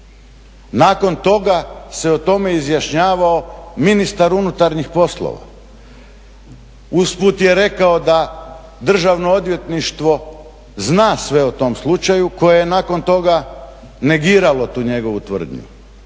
Nakon toga se o tome izjašnjavao ministar unutarnjih poslova. Usput je rekao da Državno odvjetništvo zna sve o tom slučaju koje je nakon toga negiralo tu njegovu tvrdnju.